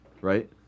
Right